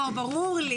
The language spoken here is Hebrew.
ברור.